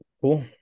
Cool